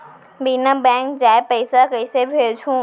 बिना बैंक जाए पइसा कइसे भेजहूँ?